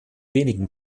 wenigen